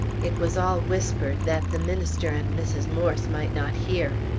it was all whispered, that the minister and mrs. morse might not hear.